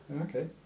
Okay